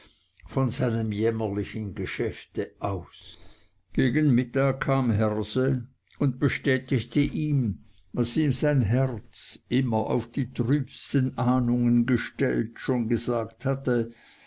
von seinen jämmerlichen geschäften aus gegen mittag kam herse und bestätigte ihm was ihm sein herz immer auf die trübsten ahnungen gestellt schon gesagt hatte